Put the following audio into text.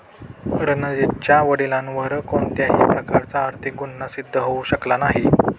रणजीतच्या वडिलांवर कोणत्याही प्रकारचा आर्थिक गुन्हा सिद्ध होऊ शकला नाही